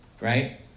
right